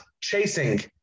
chasing